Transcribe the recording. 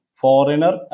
foreigner